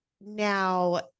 Now